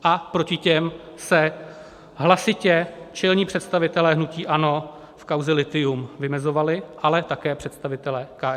A proti těm se hlasitě čelní představitelé hnutí ANO v kauze lithium vymezovali, ale také představitelé KSČM.